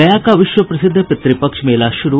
गया का विश्व प्रसिद्ध पितृपक्ष मेला शुरू